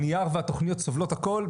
הנייר והתוכניות סובלות הכל,